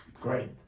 great